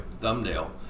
thumbnail